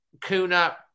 Kuna